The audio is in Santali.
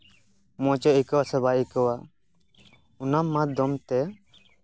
ᱢᱚᱸᱡᱮ ᱟᱹᱭᱠᱟᱹᱣ ᱟ ᱥᱮ ᱵᱟᱭ ᱟᱭᱠᱟᱹᱣᱟ ᱚᱱᱟ ᱢᱟᱫᱫᱷᱚᱢ ᱛᱮ